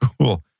cool